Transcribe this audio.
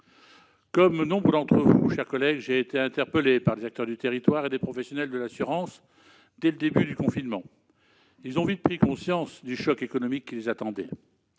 Comme nombre d'entre vous, mes chers collègues, j'ai été interpellé par des acteurs du territoire et des professionnels de l'assurance, dès le début du confinement. Ils ont vite pris conscience du choc économique qui les attendait.